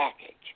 package